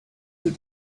your